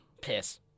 piss